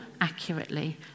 accurately